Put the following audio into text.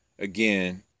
again